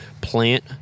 plant